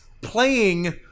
playing